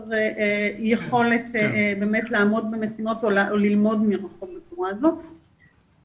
וחוסר היכולת לעמוד במשימות או ללמוד מרחוק בצורה הזאת,